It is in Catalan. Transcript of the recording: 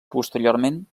posteriorment